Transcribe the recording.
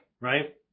right